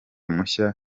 mushya